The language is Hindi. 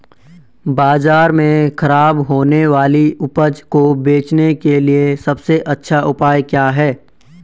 बाजार में खराब होने वाली उपज को बेचने के लिए सबसे अच्छा उपाय क्या हैं?